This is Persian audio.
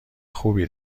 خوبی